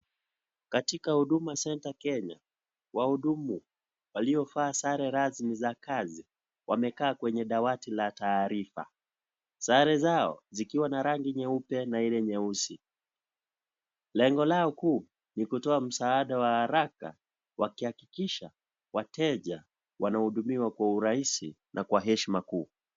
Katika Huduma Centre Kenya , wahudumu waliovaa sare rasmi za kazi wamekaa kwenye dawati la taarifa. Sare zao zikiwa na rangi nyeupe na ile nyeusi . Lengo lao kuu ni kutoa msaada wa haraka wakihakikisha wateja wanahudumiwa kwa urahisi na kwa heshima kuu.